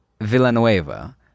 villanueva